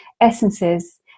essences